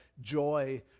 joy